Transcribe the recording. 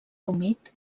humit